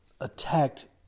attacked